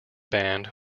band